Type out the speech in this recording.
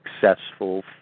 successful